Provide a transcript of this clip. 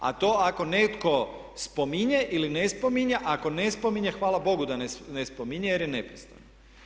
A to ako netko spominje ili ne spominje, ako ne spominje hvala Bogu da ne spominje jer je nepristojan.